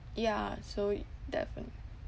yeah so